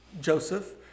Joseph